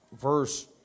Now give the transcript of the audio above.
verse